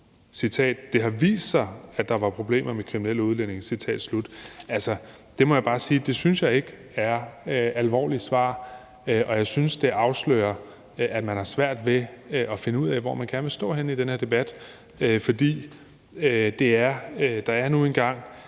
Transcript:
Det har vist sig, at der var problemer med kriminelle udlændinge. Det må jeg bare sige jeg ikke synes er et alvorligt svar, og jeg synes, det afslører, at man har svært ved at finde ud af, hvor man gerne vil stå henne i den her debat, for det er nu engang